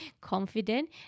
confident